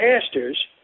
pastors